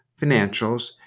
financials